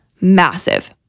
massive